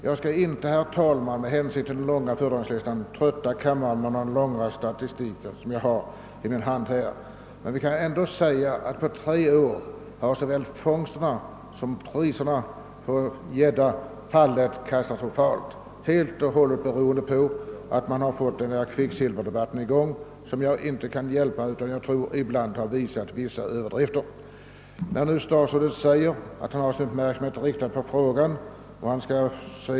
Jag skall, herr talman, med hänsyn till den långa föredragningslistan inte trötta kammaren med den långa statistik som jag har i min hand, men jag vill ändå säga att på tre år såväl fångsterna av som priserna på gädda har fallit katastrofalt, helt och hållet beroende på kvicksilverdebatten, som jag tror ibland har uppvisat en del överdrifter. Statsrådet säger nu att han har sin uppmärksamhet riktad på frågan.